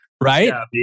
right